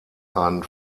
einen